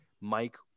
Mike